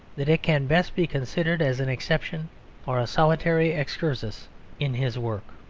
that it can best be considered as an exception or a solitary excursus in his work.